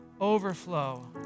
overflow